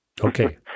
Okay